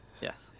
Yes